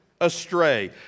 astray